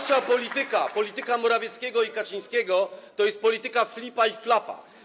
Wasza polityka, polityka Morawieckiego i Kaczyńskiego, to jest polityka Flipa i Flapa.